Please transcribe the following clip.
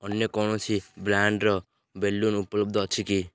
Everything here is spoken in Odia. ଅନ୍ୟ କୌଣସି ବ୍ରାଣ୍ଡ୍ର ବ୍ୟାଲୁନ୍ ଉପଲବ୍ଧ ଅଛି କି